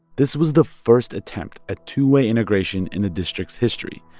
this was the first attempt at two-way integration in the district's history,